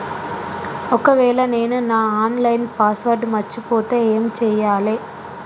ఒకవేళ నేను నా ఆన్ లైన్ పాస్వర్డ్ మర్చిపోతే ఏం చేయాలే?